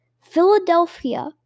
Philadelphia